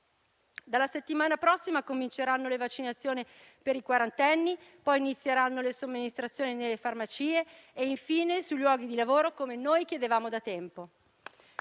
Dalla settimana prossima cominceranno le vaccinazioni per i quarantenni, poi inizieranno le somministrazioni nelle farmacie e infine sui luoghi di lavoro, come noi chiedevamo da tempo.